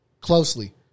Closely